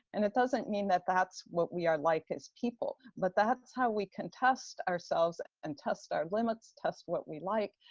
and it doesn't mean that that's what we are like as people, but that's how we can test ourselves. and test our limits, test what we like,